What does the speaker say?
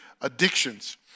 addictions